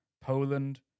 Poland